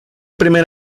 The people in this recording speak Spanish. primer